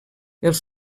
els